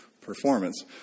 performance